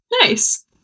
Nice